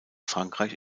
frankreich